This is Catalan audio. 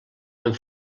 amb